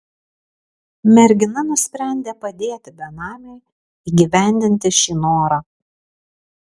mergina nusprendė padėti benamiui įgyvendinti šį norą